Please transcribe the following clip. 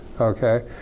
okay